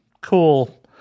cool